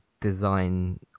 design